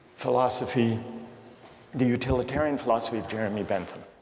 philosophy the utilitarian philosophy of jeremy bentham